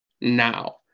now